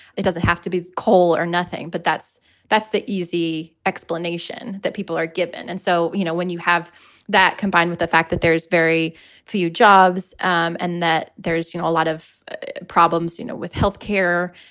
it doesn't have to be coal or nothing. but that's that's the easy explanation that people are given. and so, you know, when you have that combined with the fact that there's very few jobs um and that there's you know a lot of problems, you know, with health care,